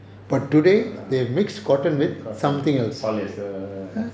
err cotton polyester and